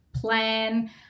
plan